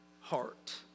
heart